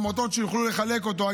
העמותות, יוכלו לחלק אותו.